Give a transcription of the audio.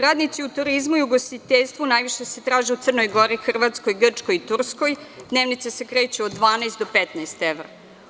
Radnici u turizmu i ugostiteljstvu najviše se traže u Crnoj Gori, Hrvatskoj, Grčkoj i Turskoj, dnevnice se kreću od 12 do 15 evra.